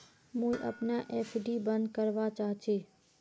मुई अपना एफ.डी बंद करवा चहची